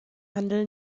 handel